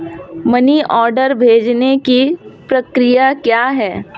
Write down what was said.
Money order भेजने की प्रक्रिया क्या है?